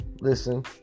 listen